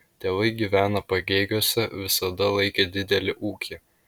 tėvai gyvena pagėgiuose visada laikė didelį ūkį